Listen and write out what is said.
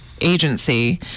agency